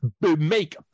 make